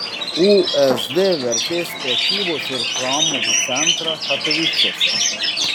usd vertės prekybos ir pramogų centrą katovicuose